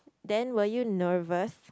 then were you nervous